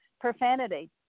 profanity